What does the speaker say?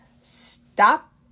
Stop